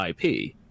IP